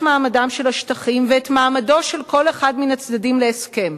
מעמדם של השטחים ואת מעמדו של כל אחד מן הצדדים להסכם,